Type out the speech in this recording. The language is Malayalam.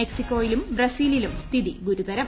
മെക്സിക്കോയിലും ബ്രസീലിലും സ്ഥിതി ഗുരുതരം